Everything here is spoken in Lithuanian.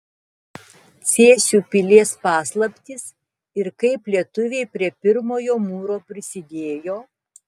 cėsių pilies paslaptys ir kaip lietuviai prie pirmojo mūro prisidėjo